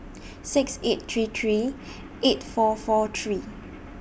six eight three three eight four four three